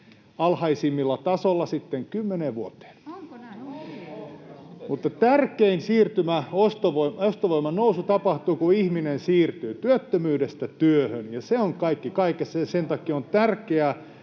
Onko näin? Ohhoh!] Mutta tärkein ostovoiman nousu tapahtuu, kun ihminen siirtyy työttömyydestä työhön, ja se on kaikki kaikessa, ja sen takia on tärkeää,